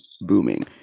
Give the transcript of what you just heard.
booming